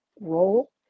role